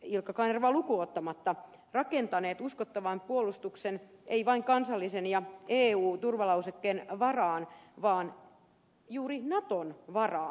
ilkka kanervaa lukuun ottamatta rakentaneet uskottavan puolustuksen ei vain kansallisen ja eu turvalausekkeen varaan vaan juuri naton varaan